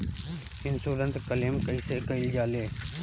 Insurance claim कइसे कइल जा ले?